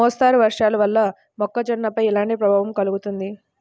మోస్తరు వర్షాలు వల్ల మొక్కజొన్నపై ఎలాంటి ప్రభావం కలుగుతుంది?